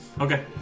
Okay